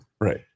Right